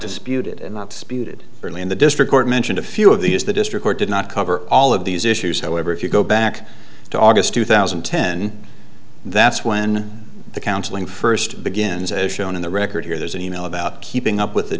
disputed and not disputed early in the district court mentioned a few of these the district court did not cover all of these issues however if you go back to august two thousand and ten that's when the counseling first begins as shown in the record here there's an e mail about keeping up with